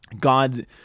God